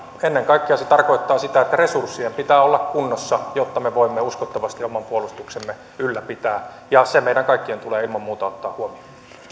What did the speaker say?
ennen kaikkea se tarkoittaa sitä että resurssien pitää olla kunnossa jotta me voimme uskottavasti oman puolustuksemme ylläpitää ja se meidän kaikkien tulee ilman muuta ottaa huomioon